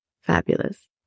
fabulous